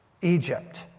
Egypt